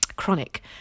chronic